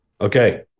Okay